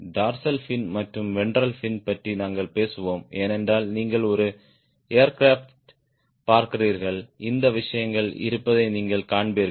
dorsal fin மற்றும் ventral fin பற்றி நாங்கள் பேசுவோம் ஏனென்றால் நீங்கள் ஒரு ஏர்கிராப்ட் பார்க்கிறீர்கள் இந்த விஷயங்கள் இருப்பதை நீங்கள் காண்பீர்கள்